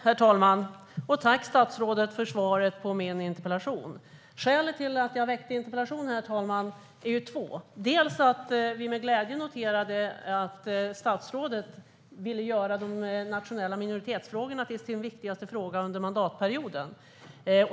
Herr talman! Jag tackar statsrådet för svaret på min interpellation. Det finns två skäl till att jag väckte interpellationen, herr talman. Ett är att vi med glädje noterade att statsrådet ville göra de nationella minoritetsfrågorna till sin viktigaste fråga under mandatperioden.